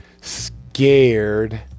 scared